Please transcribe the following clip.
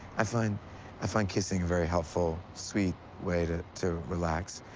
i find i find kissing a very helpful, sweet way to to relax.